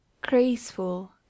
graceful